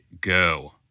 Go